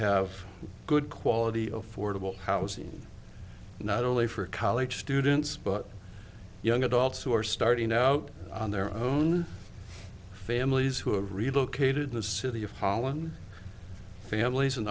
have good quality affordable housing not only for college students but young adults who are starting out on their own families who have relocated the city of holland families and